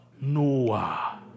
Noah